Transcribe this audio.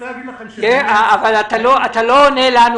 אתה לא עונה לנו